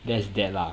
there's that lah